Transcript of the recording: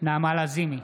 נעמה לזימי,